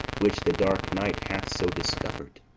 which the dark night hath so discovered.